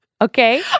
Okay